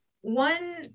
One